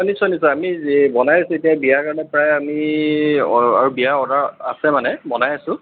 নিশ্চয় নিশ্চয় আমি যি বনাই আছোঁ এতিয়া বিয়াৰ কাৰণে প্ৰায় আমি আৰু বিয়াৰ অৰ্ডাৰ আছে মানে বনাই আছোঁ